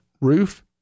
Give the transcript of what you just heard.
roof